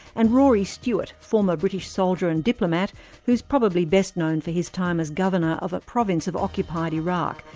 and rory stewart, former british soldier and diplomat who is probably best known for his time as governor of a province of occupied iraq,